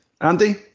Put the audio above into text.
Andy